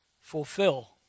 fulfill